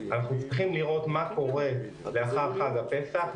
אנחנו צריכים לראות מה קורה לאחר חג הפסח,